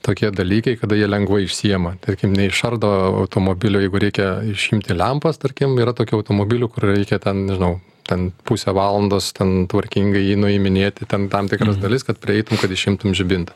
tokie dalykai kada jie lengvai išsiėma tarkim neišardo automobilio jeigu reikia išimti lempas tarkim yra tokių automobilių kur reikia ten nežinau ten pusę valandos ten tvarkingai jį nuiminėti ten tam tikras dalis kad prieitum kad išimtum žibintą